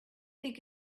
think